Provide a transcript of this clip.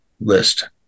list